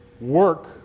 work